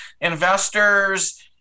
investors